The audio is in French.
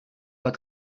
pas